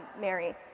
Mary